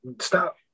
stop